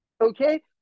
Okay